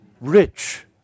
rich